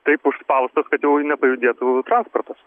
taip užspaustas kad jau nepajudėtų transportas